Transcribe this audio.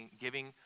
giving